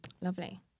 Lovely